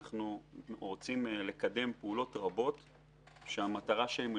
אנחנו רוצים לקדם פעולות רבות שהמטרה שלהן היא